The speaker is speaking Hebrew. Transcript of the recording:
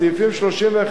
סעיפים 31,